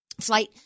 flight